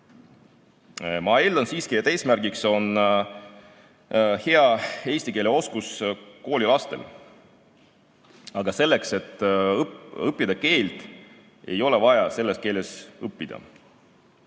Ma eeldan siiski, et eesmärgiks on hea eesti keele oskus koolilastel. Aga selleks, et õppida keelt, ei ole vaja selles keeles õppida.